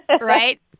right